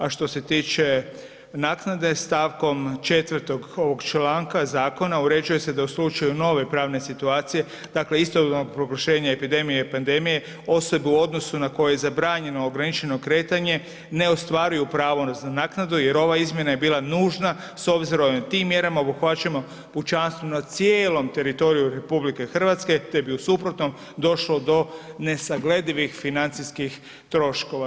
A što se tiče naknade st. 4. ovog članka zakona uređuje se da u slučaju nove pravne situacije, dakle istovremeno proglašenje epidemije i pandemije osobe u odnosu na koje je zabranjeno ograničeno kretanje ne ostvaruju pravo na naknadu jer ova izmjena je bila nužna s obzirom da tim mjerama obuhvaćamo pučanstvo na cijelom teritoriju RH, te bi u suprotnom došlo do nesagledivih financijskih troškova.